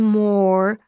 more